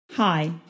Hi